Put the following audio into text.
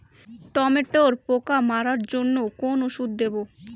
টমেটোর পোকা মারার জন্য কোন ওষুধ দেব?